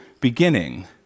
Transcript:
beginning